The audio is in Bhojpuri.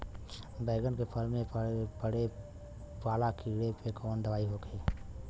बैगन के फल में पड़े वाला कियेपे कवन दवाई होई?